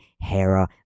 Hera